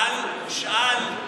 תשאל, תשאל את חברי הסיעה שלך.